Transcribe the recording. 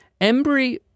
Embry